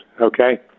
okay